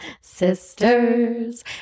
sisters